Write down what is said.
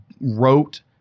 wrote